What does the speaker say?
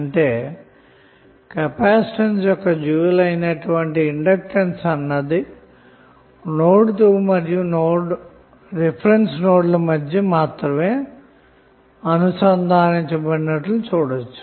అంటే కెపాసిటెన్స్ కి డ్యూయల్ అయిన ఇండక్టెన్స్ అన్నది నోడ్ 2 మరియు రిఫరెన్స్ నోడ్ ల మధ్య మాత్రమే అనుసంధానించినట్లు చూడచ్చు